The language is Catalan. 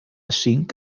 cinc